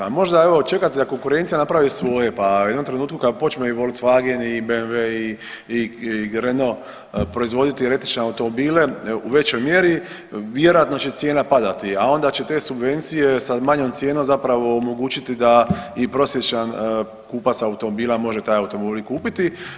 A evo možda čekati da konkurencija napravi svoje, pa u jednom trenutku kad počne i Volkswagen i BMW i Renault proizvoditi električne automobile u većoj mjeri vjerojatno će cijena padati, a onda će te subvencije sa manjom cijenom zapravo omogućiti da i prosječan kupac automobila može taj automobil i kupiti.